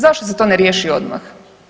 Zašto se to ne riješi odmah?